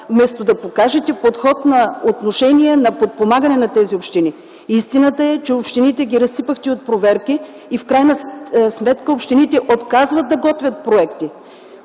вместо да покажете подход на отношение за подпомагане на тези общини. Истината е, че разсипахте общините от проверки и в крайна сметка те отказват да готвят проекти.